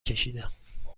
کشیدم